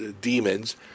demons